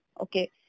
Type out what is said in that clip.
Okay